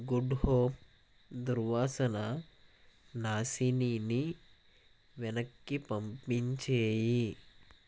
good home దుర్వాసన నాశినిని వెనక్కి పంపించేయి